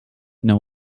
know